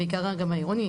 בעיקר העירוני,